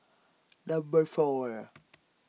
Number four